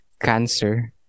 cancer